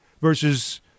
versus